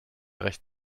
recht